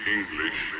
English